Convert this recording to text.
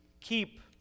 keep